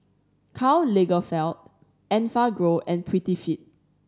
Karl Lagerfeld Enfagrow and Prettyfit